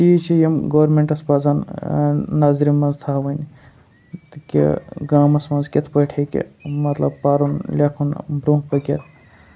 یِمے چیٖز چھِ یِم گوٚرمینٹَس پَزَن نَظرِ منٛز تھاوٕنۍ تہٕ کہِ گامَس منٛز کِتھ پٲٹھۍ ہیٚکہِ مطلب پَرُن لیکھُن برونٛہہ پٔکِتھ